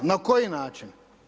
Na koji način?